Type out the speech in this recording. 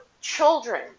children